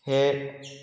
हें